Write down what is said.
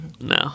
No